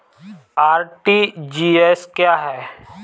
RTGS क्या है?